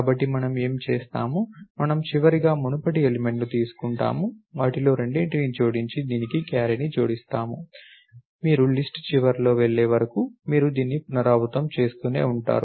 కాబట్టి మనము ఏమి చేస్తాము మనము చివరిగా మునుపటి ఎలిమెంట్ ని తీసుకుంటాము వాటిలో రెండింటిని జోడించి దీనికి క్యారీని జోడించండి మీరు లిస్ట్ చివరకి వెళ్లే వరకు మీరు దీన్ని పునరావృతం చేస్తూనే ఉంటారు